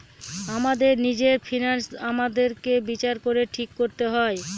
আমাদের নিজের ফিন্যান্স আমাদেরকে বিচার করে ঠিক করতে হয়